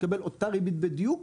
תקבל אותה ריבית בדיוק